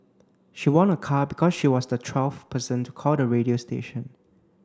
she won a car because she was the twelfth person to call the radio station